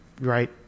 right